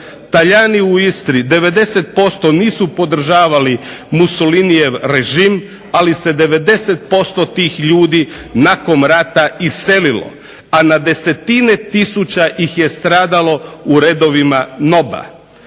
Talijani u Istri 90% nisu podržavali Mussollinijev režim ali se 90% tih ljudi nakon rata iselilo. A na desetine tisuća ih je stradalo u redovima NOB-a.